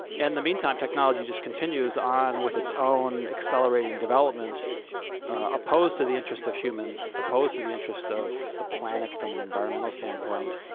and in the meantime technology just continues on with its own accelerating development opposed to the interests of humans, opposed to the interests of the planet from an environmental standpoint,